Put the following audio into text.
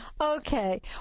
Okay